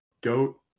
Goat